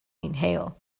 inhale